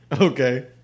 Okay